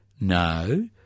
No